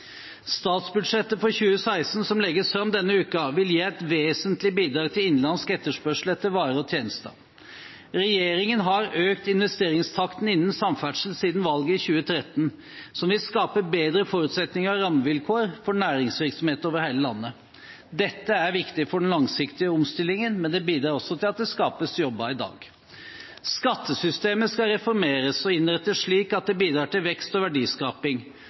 Statsbudsjettet for 2016, som legges fram denne uken, vil gi et vesentlig bidrag til innenlandsk etterspørsel etter varer og tjenester. Regjeringen har økt investeringstakten innen samferdsel siden valget i 2013, noe som vil skape bedre forutsetninger og rammevilkår for næringsvirksomhet over hele landet. Dette er viktig for den langsiktige omstillingen, men det bidrar også til at det skapes jobber i dag. Skattesystemet skal reformeres, og innrettes slik at det bidrar til vekst og verdiskaping.